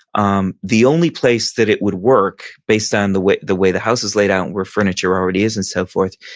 um the only place that it would work, based on the way the way the house is laid out and where furniture all ready is and so forth,